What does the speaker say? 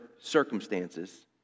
circumstances